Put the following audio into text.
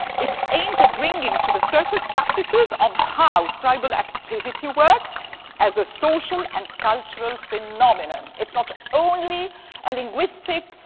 it aimed at bringing to the surface practices on how scribal activity works as a social and cultural phenomenon. it's not only a linguistic,